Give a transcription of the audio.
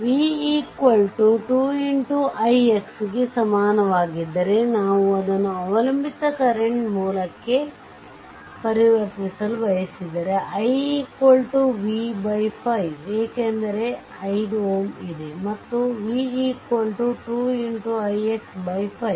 v 2 x ix ಗೆ ಸಮನಾಗಿದ್ದರೆ ನಾನು ಅದನ್ನು ಅವಲಂಬಿತ ಕರೆಂಟ್ ಮೂಲಕ್ಕೆ ಪರಿವರ್ತಿಸಲು ಬಯಸಿದರೆ iv5 ಏಕೆಂದರೆ 5 Ω ಇದೆ ಮತ್ತು v 2 x ix 5 0